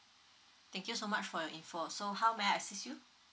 thank you so much for your info so how may I assist you